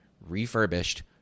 refurbished